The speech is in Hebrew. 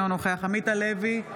אינו נוכח עמית הלוי,